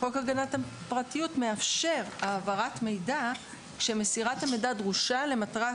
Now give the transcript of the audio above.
חוק הגנת הפרטיות מאפשר העברת מידע כשמסירת המידע דרושה למטרת